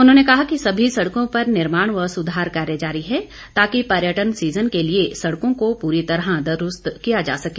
उन्होंने कहा कि सभी सड़कों पर निर्माण व सुधार कार्य जारी है ताकि पर्यटन सीजन के लिए सड़कों को पूरी तरह दुरुस्त किया जा सके